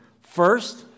First